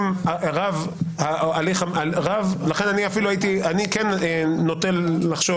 אני כן נוטה לחשוב,